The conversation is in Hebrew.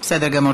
בסדר גמור.